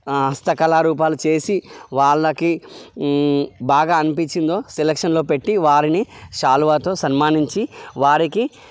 హస్తకళా రూపాలు చేసి వాళ్ళకి బాగా అనిపించిందో సెలక్షన్లో పెట్టి వారిని శాలువాతో సన్మానించి వారికి